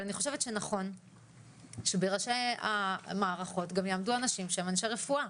אבל אני שנכון שבראשי המערכות יעמדו גם אנשים שהם אנשי רפואה.